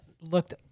looked